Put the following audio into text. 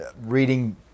Reading